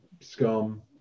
scum